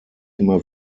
immer